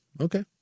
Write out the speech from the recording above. okay